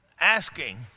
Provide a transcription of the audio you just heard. asking